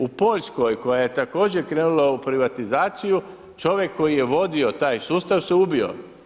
U Poljskoj, koja je također krenula u privatizaciju, čovjek koji je vodio taj sustava se ubio.